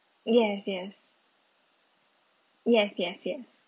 yes yes yes yes yes